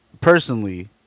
Personally